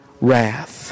wrath